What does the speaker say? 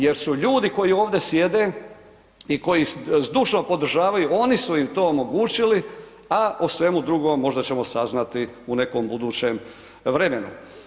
Jer su ljudi koji ovdje sjede i koji zdušno podržavaju oni su im to omogućili, a o svemu drugom možda ćemo saznati u nekom budućem vremenu.